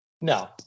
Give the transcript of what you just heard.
No